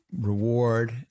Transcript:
reward